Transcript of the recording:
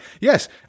Yes